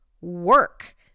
work